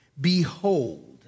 behold